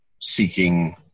seeking